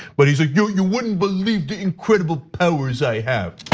but he's like you wouldn't believe the incredible powers i have.